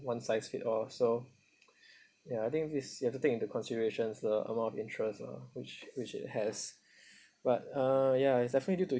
one size fit all so ya I think this you have to take into considerations the amount of interest lah which which it has but uh ya it's definitely due to